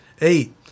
Eight